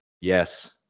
yes